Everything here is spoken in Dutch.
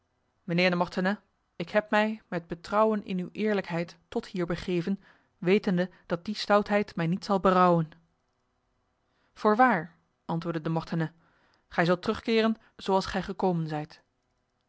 mijnheer de mortenay ik heb mij met betrouwen in uw eerlijkheid tot hier begeven wetende dat die stoutheid mij niet zal berouwen voorwaar antwoordde de mortenay gij zult terugkeren zoals gij gekomen zijt